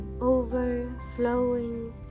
overflowing